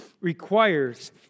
requires